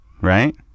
right